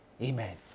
Amen